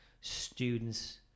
students